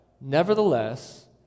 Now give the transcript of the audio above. Nevertheless